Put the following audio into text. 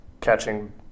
catching